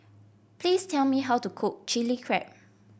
please tell me how to cook Chilli Crab